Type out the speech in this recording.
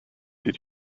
did